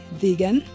vegan